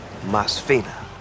Masfina